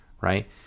right